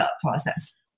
process